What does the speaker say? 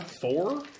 four